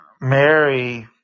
Mary